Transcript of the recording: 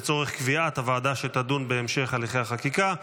לצורך קביעת הוועדה שתדון בהמשך הליכי החקיקה.